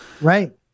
Right